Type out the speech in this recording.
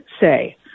say